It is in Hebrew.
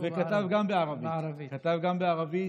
כתב גם בערבית, כתב גם בערבית,